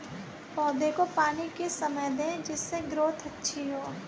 पौधे को पानी किस समय दें जिससे ग्रोथ अच्छी हो?